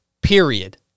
period